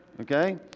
Okay